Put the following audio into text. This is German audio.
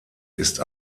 ist